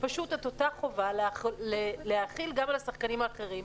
פשוט את אותה חובה להחיל גם על השחקנים האחרים.